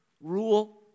rule